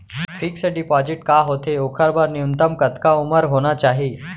Fix deposit का होथे ओखर बर न्यूनतम कतका उमर होना चाहि?